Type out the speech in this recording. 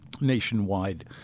nationwide